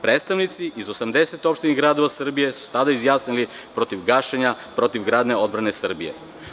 Predstavnici iz 80 opština i gradova Srbije su se tada izjasnili protiv gašenja protivgradne odbrane Srbije.